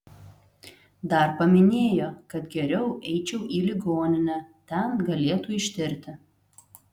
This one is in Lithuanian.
dar paminėjo kad geriau eičiau į ligoninę ten galėtų ištirti